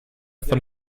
von